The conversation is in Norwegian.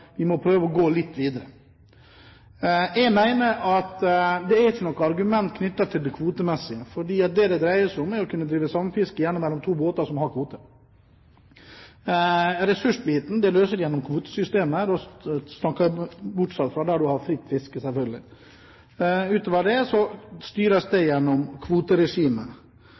vi må prøve å gå litt videre. Jeg mener at det ikke er noe argument knyttet til det kvotemessige, for det det dreier seg om, er å kunne drive samfiske, gjerne mellom to båter som har kvoter. Ressursbiten løser de gjennom kvotesystemet, bortsett fra der man har fritt fiske. Utover det styres det gjennom kvoteregimet.